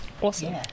awesome